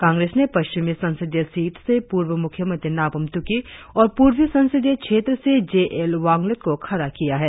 कांग्रेस ने पश्चिमी संसदीय सीट से पूर्व मुख्यमंत्री नाबम त्रकी और पूर्वी संसदीय क्षेत्र से जे एल वांगलेट को खड़ा किया है